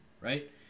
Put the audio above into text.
right